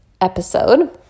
episode